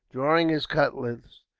drawing his cutlass,